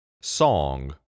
song